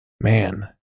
Man